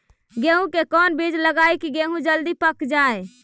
गेंहू के कोन बिज लगाई कि गेहूं जल्दी पक जाए?